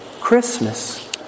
Christmas